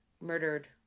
murdered